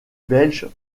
belge